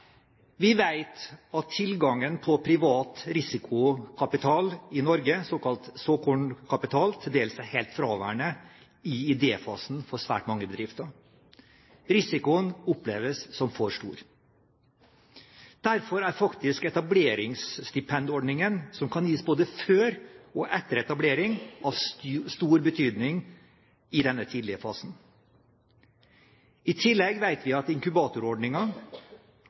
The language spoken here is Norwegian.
Vi vet at tilgangen på privat risikokapital i Norge – såkalt såkornkapital – til dels er helt fraværende i idéfasen for svært mange bedrifter. Risikoen oppleves som for stor. Derfor er faktisk etableringsstipendordningen, som kan gis både før og etter etablering, av stor betydning i denne tidlige fasen. I tillegg vet vi at